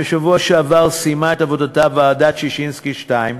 בשבוע שעבר סיימה את עבודתה ועדת ששינסקי 2,